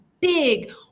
big